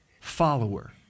follower